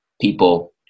people